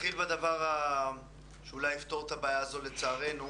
נתחיל בדבר שאולי יפתור את הבעיה הזו לצערנו.